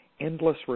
Endless